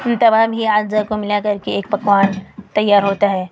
ان تمام ہی اجزا کو ملا کر کے ایک پکوان تیار ہوتا ہے